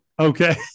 Okay